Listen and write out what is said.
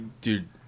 dude